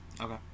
Okay